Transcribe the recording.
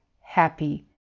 happy